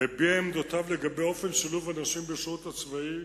והביע את עמדותיו לגבי אופן שילוב הנשים בשירות הצבאי,